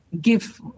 give